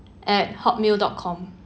at hotmail dot com